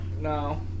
No